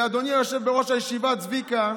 ואדוני היושב בראש הישיבה, צביקה,